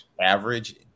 average